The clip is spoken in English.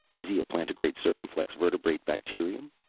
is he a plantigrade circumflex vertebrate bacterium?